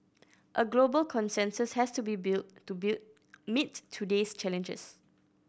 a global consensus has to be built to bulit meet today's challenges